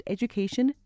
Education